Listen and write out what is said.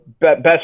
best